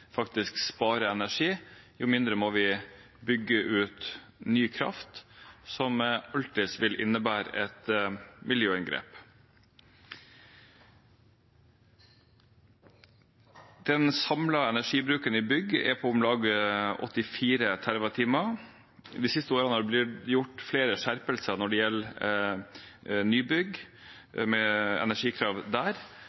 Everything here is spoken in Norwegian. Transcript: spare energi, jo mindre ny kraft må vi bygge ut, som alltid vil innebære et miljøinngrep. Den samlede energibruken i bygg er på om lag 84 TWh. I de siste årene har det blitt gjort flere skjerpelser når det gjelder nybygg,